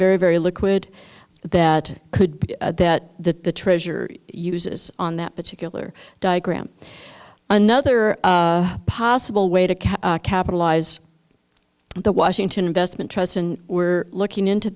very very liquid that could be that the treasure uses on that particular diagram another possible way to capitalize on the washington investment trust and we're looking into